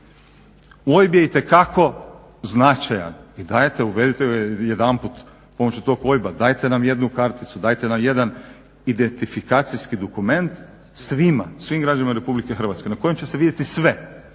OIB je itekako značajan i dajte uvedite jedanput pomoću tog OIB-a, dajte nam jednu karticu, dajte nam jedan identifikacijski dokument svima, svim građanima Republike Hrvatske na kojem će se vidjeti sve,